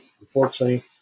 Unfortunately